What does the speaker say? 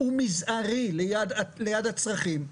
הוא מזערי ליד הצרכים.